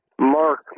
Mark